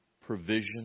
provision